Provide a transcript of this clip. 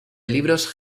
libros